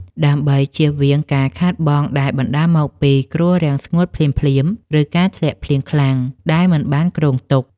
ដើម្បីជៀសវាងការខាតបង់ដែលបណ្ដាលមកពីគ្រោះរាំងស្ងួតភ្លាមៗ ឬការធ្លាក់ភ្លៀងខ្លាំងដែលមិនបានគ្រោងទុក។